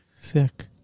Sick